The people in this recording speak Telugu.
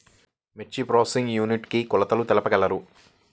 మిర్చి ప్రోసెసింగ్ యూనిట్ కి కొలతలు తెలుపగలరు?